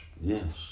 Yes